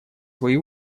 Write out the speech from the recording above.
свои